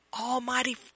almighty